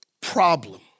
problem